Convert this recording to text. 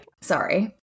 Sorry